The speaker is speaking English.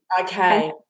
Okay